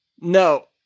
No